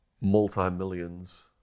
multi-millions